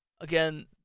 Again